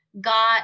got